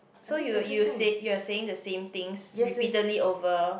so you will you will said you are saying the same things repeatedly over